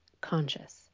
conscious